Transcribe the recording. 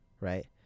right